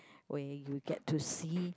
where you get to see